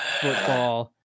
football